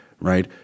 right